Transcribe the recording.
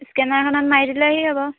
স্কেনাৰখনত মাৰি দিলেহি হ'ব